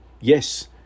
yes